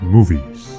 Movies